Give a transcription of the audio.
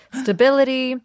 stability